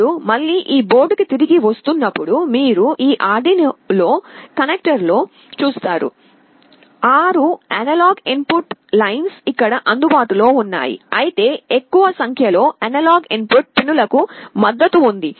ఇప్పుడు మళ్ళీ ఈ బోర్డుకి తిరిగి వస్తున్నప్పుడు మీరు ఈ ఆర్డినో కనెక్టర్లో చూస్తారు ఆరు అనలాగ్ ఇన్పుట్ లైన్స్ ఇక్కడ అందుబాటులో ఉన్నాయి అయితే ఎక్కువ సంఖ్యలో అనలాగ్ ఇన్పుట్ పిన్ లకు మద్దతు ఉంది